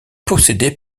possédée